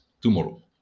tomorrow